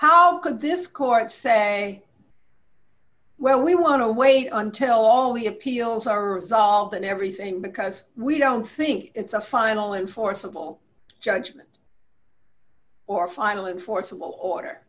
how could this court say well we want to wait until all the appeals are solved and everything because we don't think it's a final enforceable judgment or final and forcible order